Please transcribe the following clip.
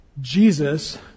Jesus